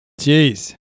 jeez